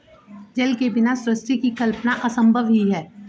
जल के बिना सृष्टि की कल्पना असम्भव ही है